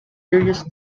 serious